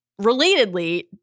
Relatedly